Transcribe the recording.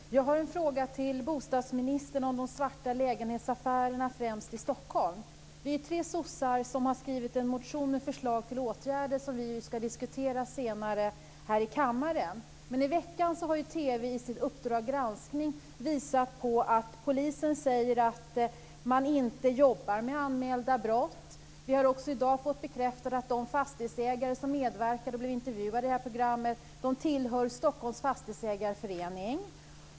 Fru talman! Jag har en fråga till bostadsministern om de svarta lägenhetsaffärerna i främst Stockholm. Vi är tre sossar som har skrivit en motion med förslag till åtgärder, som vi ska diskutera senare här i kammaren. I veckan har dock TV:s Uppdrag granskning visat att polisen inte jobbar med anmälda brott. Vi har också i dag fått bekräftat att de fastighetsägare som blev intervjuade i programmet tillhör Stockholms Fastighetsägareförening.